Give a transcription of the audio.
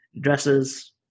dresses